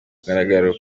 mugaragaro